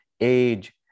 age